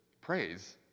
praise